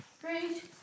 great